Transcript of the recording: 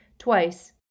Twice